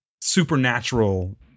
supernatural